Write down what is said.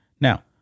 Now